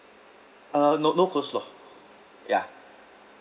uh no no coleslaw ya